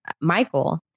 Michael